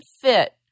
fit